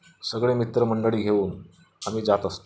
सगळे मित्रमंडळी घेऊन आम्ही जात असतो